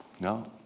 No